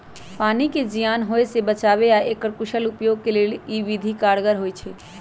पानी के जीयान होय से बचाबे आऽ एकर कुशल उपयोग के लेल इ विधि कारगर होइ छइ